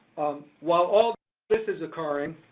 while all this is occurring,